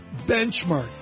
benchmark